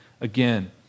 again